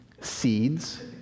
seeds